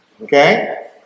Okay